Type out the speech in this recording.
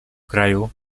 kraju